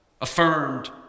affirmed